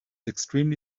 extremely